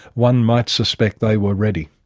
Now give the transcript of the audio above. one might suspect they were ready.